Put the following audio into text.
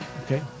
Okay